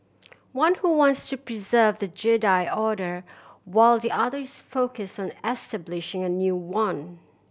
one who wants to preserve the Jedi Order while the other is focused on establishing a new one